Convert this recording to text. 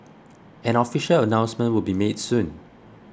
an official announcement would be made soon